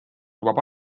lubab